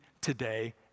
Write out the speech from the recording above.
today